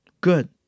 Good